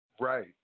Right